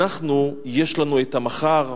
אנחנו, יש לנו המחר,